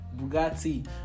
Bugatti